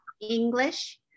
English